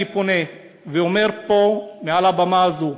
אני פונה ואומר פה מעל הבמה הזאת: